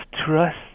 trust